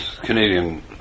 Canadian